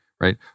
Right